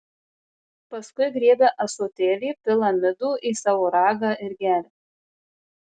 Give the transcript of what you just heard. paskui griebia ąsotėlį pila midų į savo ragą ir geria